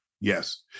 Yes